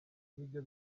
n’ibyo